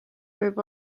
võib